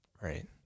Right